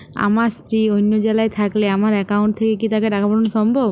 আমার স্ত্রী অন্য জেলায় থাকলে আমার অ্যাকাউন্ট থেকে কি তাকে টাকা পাঠানো সম্ভব?